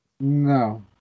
No